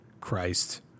Christ